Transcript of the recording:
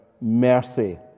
mercy